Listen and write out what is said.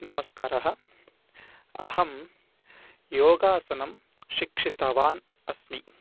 नमस्कारः अहं योगासनं शिक्षितवान् अस्मि